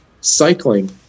cycling